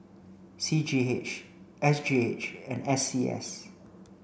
C G H S G H and C S